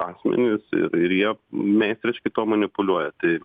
asmenys ir jie meistriškai tuo manipuliuoja tai